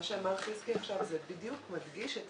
שאמר חיזקי עכשיו בדיוק מדגיש את